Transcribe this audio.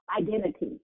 identity